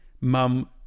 Mum